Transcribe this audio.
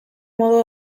modu